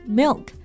milk